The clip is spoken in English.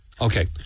Okay